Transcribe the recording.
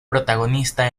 protagonista